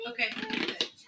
Okay